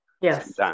Yes